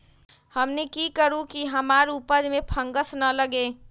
हमनी की करू की हमार उपज में फंगस ना लगे?